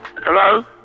Hello